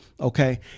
okay